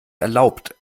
erlaubt